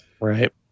Right